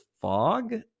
fog